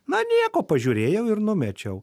na nieko pažiūrėjau ir numečiau